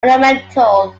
ornamental